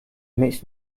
makes